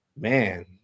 man